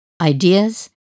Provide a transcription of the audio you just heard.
ideas